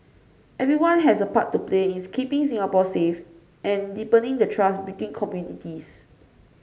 everyone has a part to play is keeping Singapore safe and deepening the trust between communities